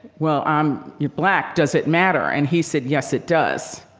well, i'm yeah black, does it matter? and he said yes it does.